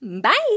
Bye